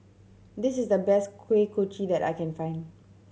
this is the best Kuih Kochi that I can find